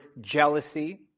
jealousy